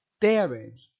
damage